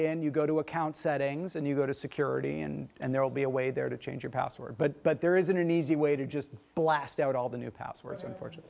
in you go to account settings and you go to security and there will be a way there to change your password but but there isn't an easy way to just blast out all the new passwords and for